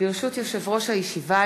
ברשות יושב-ראש הישיבה,